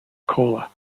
cola